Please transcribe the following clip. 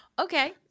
Okay